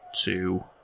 two